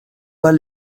pas